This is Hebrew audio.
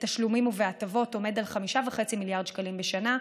בתשלומים ובהטבות עומד על 5.5 מיליארד שקלים בשנה,